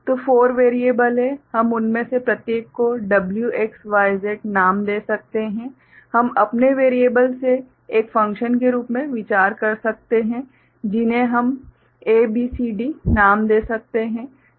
तो 4 वेरिएबल हैं हम उनमें से प्रत्येक को W X Y Z नाम दे सकते हैं हम अपने वेरिएबल से एक फ़ंक्शन के रूप में विचार कर सकते हैं जिन्हें हम A B C D नाम दे सकते हैं